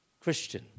Christian